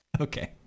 Okay